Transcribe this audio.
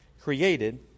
created